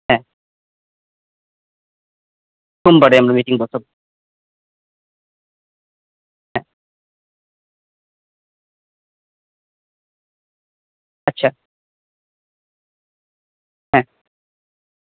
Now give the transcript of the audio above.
হ্যাঁ সোমবারে আমরা মিটিং বসাবো হ্যাঁ আচ্ছা হ্যাঁ